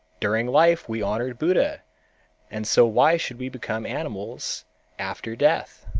during life we honored buddha and so why should we become animals after death?